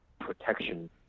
protection